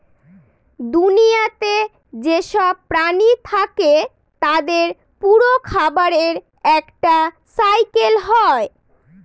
দুনিয়াতে যেসব প্রাণী থাকে তাদের পুরো খাবারের একটা সাইকেল হয়